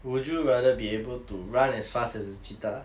would you rather be able to run as fast as a cheetah